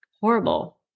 horrible